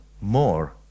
more